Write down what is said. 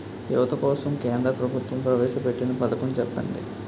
యువత కోసం కేంద్ర ప్రభుత్వం ప్రవేశ పెట్టిన పథకం చెప్పండి?